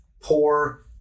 poor